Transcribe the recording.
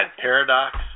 paradox